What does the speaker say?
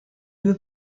due